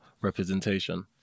representation